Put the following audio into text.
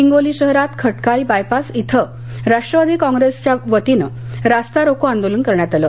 हिंगोली शहरात खटकाळी बायपास इथं राष्ट्रवादी युवक कॉंप्रेसच्या वतीने रास्तारोको आंदोलन करण्यात आलं